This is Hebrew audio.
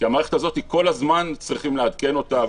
כי כל הזמן צריכים לעדכן את המערכת הזאת.